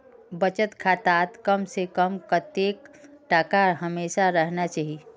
बचत खातात कम से कम कतेक टका हमेशा रहना चही?